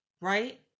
Right